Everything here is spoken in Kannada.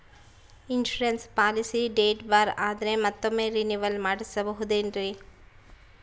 ಇನ್ಸೂರೆನ್ಸ್ ಪಾಲಿಸಿ ಡೇಟ್ ಬಾರ್ ಆದರೆ ಮತ್ತೊಮ್ಮೆ ರಿನಿವಲ್ ಮಾಡಿಸಬಹುದೇ ಏನ್ರಿ?